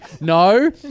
no